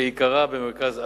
שעיקרה במרכז הארץ,